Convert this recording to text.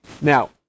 Now